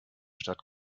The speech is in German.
stadt